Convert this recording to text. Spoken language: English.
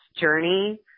Journey